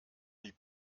die